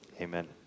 amen